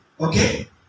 Okay